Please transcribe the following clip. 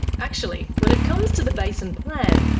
actually when it comes to the basin plan,